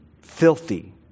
filthy